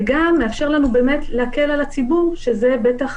וגם מאפשר באמת להקל על הציבור שאני חושבת שזו בטח